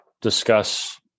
discuss